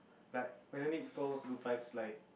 like clam it bowl goodbye slide